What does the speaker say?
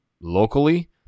locally